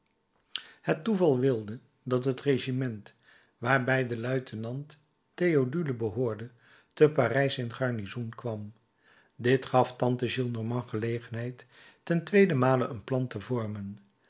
het toeval wilde dat het regiment waarbij de luitenant theodule behoorde te parijs in garnizoen kwam dit gaf tante gillenormand gelegenheid ten tweedenmale een plan te vormen